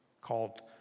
called